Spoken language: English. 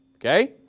Okay